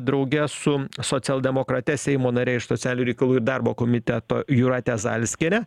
drauge su socialdemokrate seimo nare iš socialinių reikalų ir darbo komiteto jūrate zailskiene